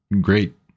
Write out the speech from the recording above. great